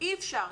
אי אפשר,